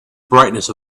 brightness